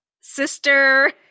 sister